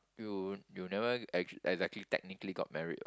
you you never actua~ exactly technically got married [what]